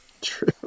true